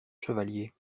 chevaliers